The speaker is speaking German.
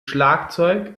schlagzeug